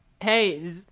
hey